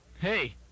Hey